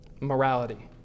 morality